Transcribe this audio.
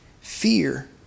Fear